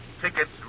Tickets